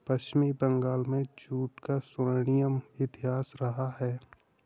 पश्चिम बंगाल में जूट का स्वर्णिम इतिहास रहा है